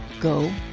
go